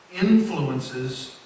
influences